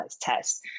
test